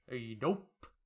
nope